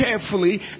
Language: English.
carefully